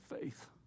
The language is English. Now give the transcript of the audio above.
faith